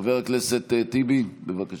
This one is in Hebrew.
חבר הכנסת טיבי, בבקשה.